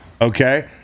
Okay